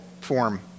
form